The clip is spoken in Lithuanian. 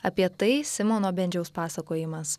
apie tai simono bendžiaus pasakojimas